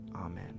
Amen